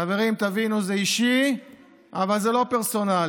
חברים, תבינו, זה אישי אבל זה לא פרסונלי.